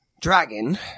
dragon